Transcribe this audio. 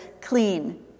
clean